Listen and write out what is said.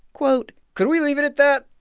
quote. could we leave it at that?